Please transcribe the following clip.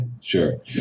Sure